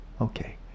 Okay